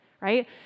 right